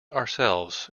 ourselves